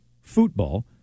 football